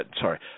Sorry